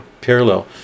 parallel